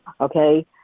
okay